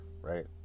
right